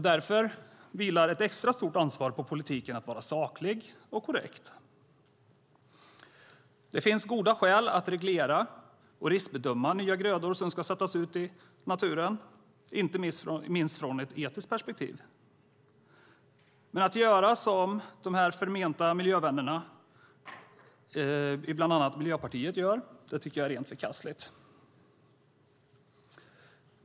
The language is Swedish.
Därför vilar ett extra stort ansvar på politiken att vara saklig och korrekt. Det finns goda skäl att reglera och riskbedöma nya grödor som ska sättas ut i naturen, inte minst från ett etiskt perspektiv, men att göra som de förmenta miljövännerna i bland annat Miljöpartiet tycker jag är rent förkastligt.